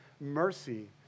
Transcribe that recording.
mercy